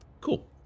Cool